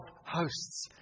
hosts